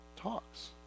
talks